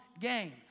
game